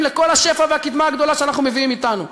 לכל השפע והקדמה הגדולה שאנחנו מביאים אתנו,